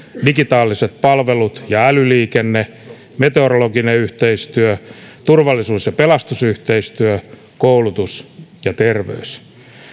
digitaaliset palvelut ja älyliikenne meteorologinen yhteistyö turvallisuus ja pelastusyhteistyö koulutus ja terveys